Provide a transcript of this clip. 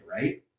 right